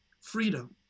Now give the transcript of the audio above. freedom